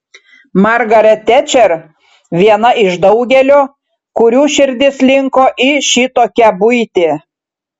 margaret tečer viena iš daugelio kurių širdis linko į šitokią buitį